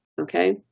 okay